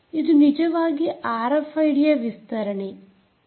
ಇದು ನಿಜವಾಗಿ ಆರ್ಎಫ್ಐಡಿ ಯ ವಿಸ್ತರಣೆಯಾಗಿದೆ